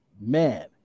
Man